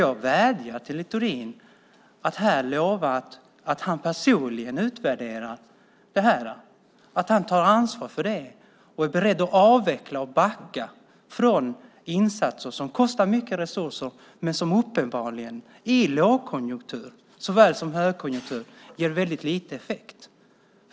Jag vädjar till Littorin att här lova att han personligen ska utvärdera det här, att han tar ansvar för det och är beredd att avveckla och backa från insatser som kostar mycket resurser men som uppenbarligen i lågkonjunktur såväl som i högkonjunktur ger väldigt lite effekt.